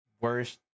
worst